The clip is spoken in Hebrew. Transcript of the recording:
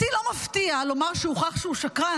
אותי לא מפתיע לומר שהוכח שהוא שקרן,